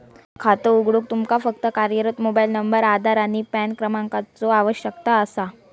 खातो उघडूक तुमका फक्त कार्यरत मोबाइल नंबर, आधार आणि पॅन क्रमांकाचो आवश्यकता असा